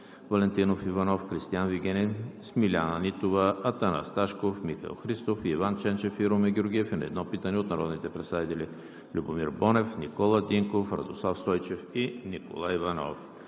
Валентинов Иванов; Кристиан Вигенин; Смиляна Нитова; Атанас Ташков; Михаил Христов; и Иван Ченчев и Румен Георгиев и на едно питане от народните представители Любомир Бонев, Никола Динков, Радослав Стойчев и Николай Иванов.